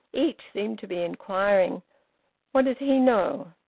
each seemed to be inquiring what does he know?